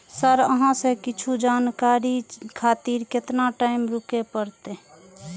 Sir अहाँ से कुछ जानकारी खातिर केतना टाईम रुके परतें?